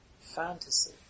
fantasy